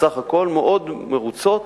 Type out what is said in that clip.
בסך הכול מאוד מרוצים,